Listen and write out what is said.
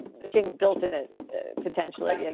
things built in it potentially. yeah